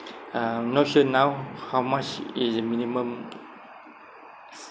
uh not sure now how much is minimum